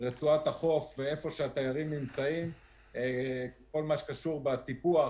החוף ובמקומות שהתיירים נמצאים בכל מה שקשור בטיפוח,